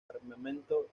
armamento